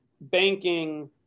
banking